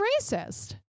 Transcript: racist